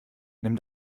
nimm